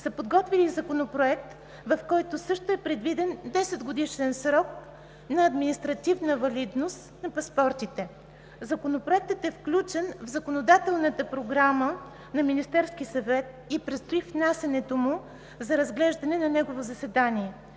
са подготвили Законопроект, в който също е предвиден 10-годишен срок на административна валидност на паспортите. Законопроектът е включен в законодателната програма на Министерския съвет и предстои внасянето му за разглеждане на негово заседание.